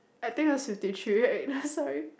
I think is fifty three right sorry